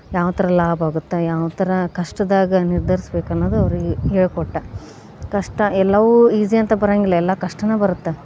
ಯಾವ ಥರ ಲಾಭ ಆಗುತ್ತೆ ಯಾವ ಥರ ಕಷ್ಟದಾಗ ನಿರ್ಧರಿಸ್ಬೇಕೆನ್ನೋದು ಅವರಿಗೆ ಹೇಳ್ಕೊಟ್ಟ ಕಷ್ಟ ಎಲ್ಲವೂ ಈಸಿ ಅಂತ ಬರಂಗಿಲ್ಲ ಎಲ್ಲ ಕಷ್ಟವೇ ಬರುತ್ತೆ